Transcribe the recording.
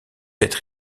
être